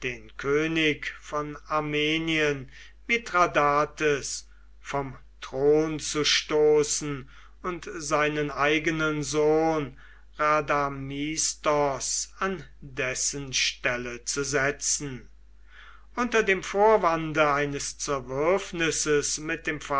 könig von armenien mithradates vom thron zu stoßen und seinen eigenen sohn rhadamistos an dessen stelle zu setzen unter dem vorwande eines zerwürfnisses mit dem